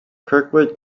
kirkwood